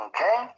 Okay